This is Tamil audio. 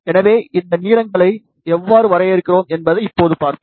எனவே இந்த நீளங்களை எவ்வாறு வரையறுக்கிறோம் என்பதை இப்போது பார்ப்போம்